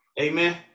Amen